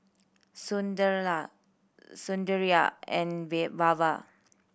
Sunderlal Sundaraiah and Baba